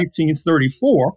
1934